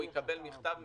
הוא יקבל מכתב מיוחד,